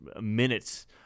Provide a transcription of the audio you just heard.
minutes